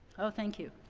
oh, thank you.